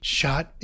shot